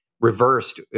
reversed